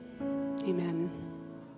Amen